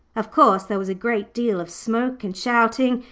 of course there was a great deal of smoke and shouting,